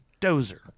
dozer